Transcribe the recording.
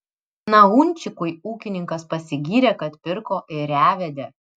naunčikui ūkininkas pasigyrė kad pirko ėriavedę